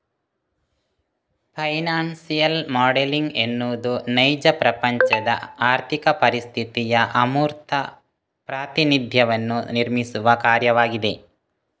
financial modelling ಎನ್ನುವುದು ನೈಜ ಪ್ರಪಂಚದ ಆರ್ಥಿಕ ಪರಿಸ್ಥಿತಿಯ ಅಮೂರ್ತ ಪ್ರಾತಿನಿಧ್ಯವನ್ನು ನಿರ್ಮಿಸುವ ಕಾರ್ಯವಾಗಿದೆ